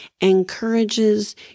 encourages